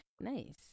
Nice